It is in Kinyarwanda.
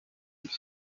mbi